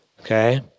okay